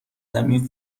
زمین